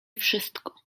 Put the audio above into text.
wszystko